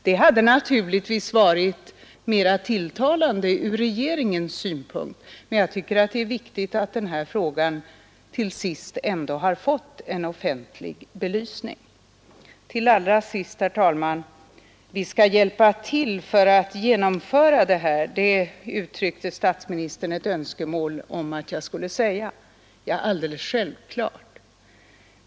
Det hade naturligtvis varit mera tilltalande ur regeringens synpunkt. Men jag tycker det är viktigt att den här frågan till sist ändå får en offentlig belysning. Till allra sist, herr talman! Vi skall hjälpa till för att genomföra det här — det uttryckte statsministern ett önskemål om att jag skulle säga. Ja, Nr 136 alldeles självklart.